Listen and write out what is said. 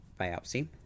biopsy